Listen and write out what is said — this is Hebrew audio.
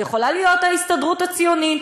זו יכולה להיות ההסתדרות הציונית,